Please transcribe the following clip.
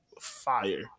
fire